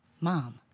mom